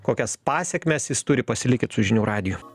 kokias pasekmes jis turi pasilikit su žinių radiju